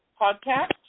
podcast